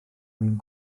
mewn